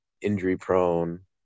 injury-prone